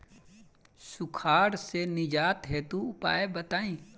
सुखार से निजात हेतु उपाय बताई?